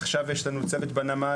עכשיו יש לנו צוות בנמל,